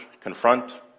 confront